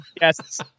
yes